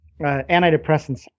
antidepressants